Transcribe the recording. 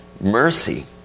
mercy